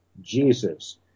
Jesus